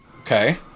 Okay